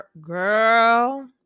girl